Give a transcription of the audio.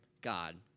God